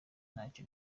ntaco